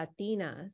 Latinas